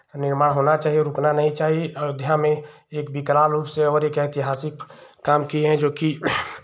निर्माण होना चाहिए रुकना नहीं चाहिए अयोध्या में एक विकराल रूप से और एक ऐतिहासिक काम किया है जोकि